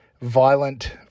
violent